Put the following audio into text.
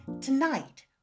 Tonight